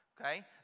Okay